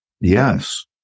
Yes